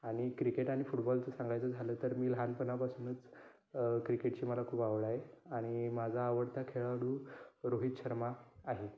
आणि क्रिकेट आणि फुटबॉलचं सांगायचं झालं तर मी लहानपणापासूनच क्रिकेटची मला खूप आवड आहे आणि माझा आवडता खेळाडू रोहित शर्मा आहे